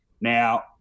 Now